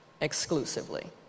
exclusively